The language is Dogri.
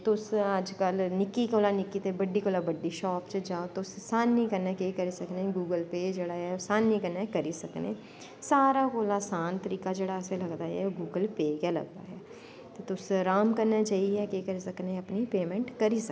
तुस अजकल निक्की कोला निक्की ते बड्डी कोला बड्डी शॉप च जाओ तुस आसानी कन्नै केह् करी सकने गुगल पे जेह्ड़ा आसानी कन्नै करी सकने सारैं कोला आसान तरीका जेह्ड़ा लगदा ऐ ओह् गुगल पे गै लगदा ऐ तुस राम कन्नै जाईयै केह् करी सकने अपनी पेमैंट करी सकने